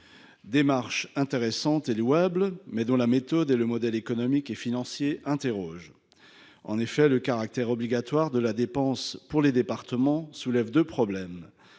démarche est intéressante et louable, mais sa méthode et son modèle économique et financier interrogent. En effet, le caractère obligatoire de la dépense pour les départements soulève deux problèmes.